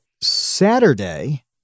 Saturday